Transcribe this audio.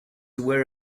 aware